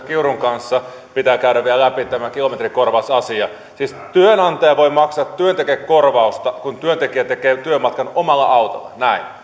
kiurun kanssa pitää käydä vielä läpi tämä kilometrikorvausasia siis työnantaja voi maksaa työntekijälle korvausta kun työntekijä tekee työmatkan omalla autolla näin